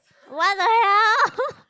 what the hell